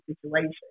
situation